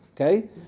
Okay